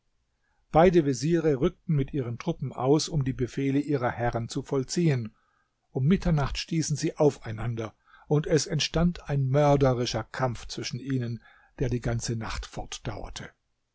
beide veziere rückten mit ihren truppen aus um die befehle ihrer herren zu vollziehen um mitternacht stießen sie aufeinander und es entstand ein mörderischer kampf zwischen ihnen der die ganze nacht